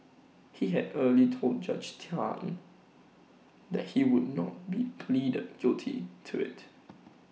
he had earlier told Judge Tan that he would not be pleading guilty to IT